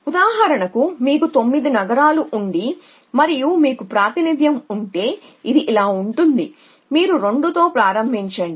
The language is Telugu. ఉదాహరణకు మీకు 9 నగరాలు ఉంటే మరియు మీకు రీప్రెజెంటేషన్ ఉంటే ఇది ఇలా ఉంటుంది మీరు 2 తో ప్రారంభించండి